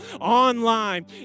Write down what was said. online